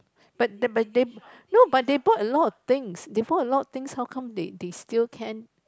but the but they no but they bought a lot of things they bought a lot of things how come they they still can